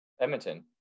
Edmonton